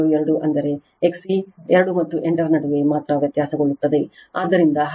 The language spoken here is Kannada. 72 ಆದರೆ XC 2 ಮತ್ತು 8 Ω ನಡುವೆ ಮಾತ್ರ ವ್ಯತ್ಯಾಸಗೊಳ್ಳುತ್ತದೆ